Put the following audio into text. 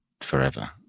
forever